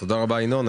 תודה רבה ינון.